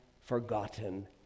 forgotten